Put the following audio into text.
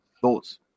thoughts